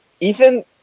Ethan